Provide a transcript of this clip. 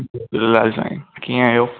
जय झूलेलाल साईं कीअं आहियो